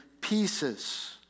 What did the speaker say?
pieces